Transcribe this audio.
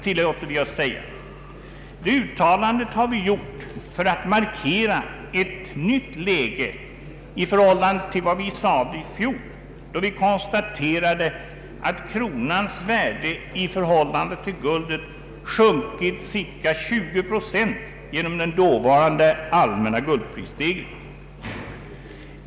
Detta uttalande har vi gjort för att markera ett nytt läge i förhållande till vad vi sade i fjol, då vi konstaterade att kronans värde i förhållande till guldet sjunkit cirka 20 procent genom den dåvarande allmänna guldprisstegringen.